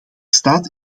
staat